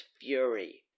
fury